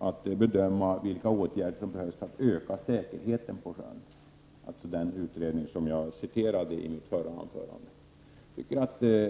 att bedöma vilka åtgärder som behöver vidtas för att säkerheten till sjöss skall öka, alltså den utredning som jag citerade i mitt förra inlägg.